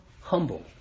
humble